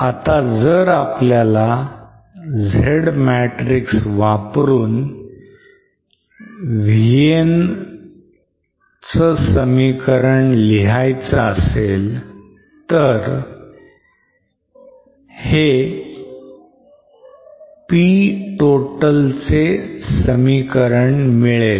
आता जर आपल्याला Z matrix वापरून VN च समीकरण लिहायचं असेल तर हे P total चे समीकरण मिळेल